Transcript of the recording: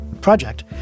project